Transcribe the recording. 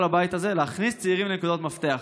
הבית הזה: להכניס צעירים לנקודות מפתח.